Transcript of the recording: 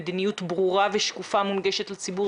מדיניות ברורה ושקופה ומונגשת לציבור.